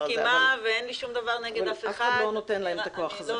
הזה אבל אף אחד לא נותן להם את הכוח הזה.